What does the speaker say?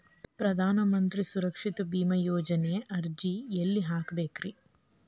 ಪ್ರಧಾನ ಮಂತ್ರಿ ಸುರಕ್ಷಾ ಭೇಮಾ ಯೋಜನೆ ಅರ್ಜಿ ಎಲ್ಲಿ ಹಾಕಬೇಕ್ರಿ?